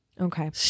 Okay